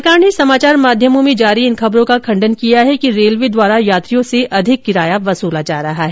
सरकार ने समाचार माध्यमों में जारी इन खबरों का खण्डन किया कि रेलवे द्वारा यात्रियों से अधिक किराया वसूला जा रहा है